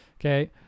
Okay